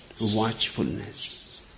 watchfulness